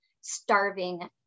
starving